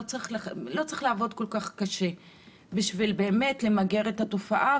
לא צריך לעבוד כל כך קשה כדי למגר את התופעה,